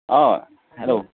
अ' hello